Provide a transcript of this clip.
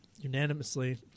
unanimously